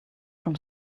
from